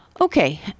Okay